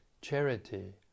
charity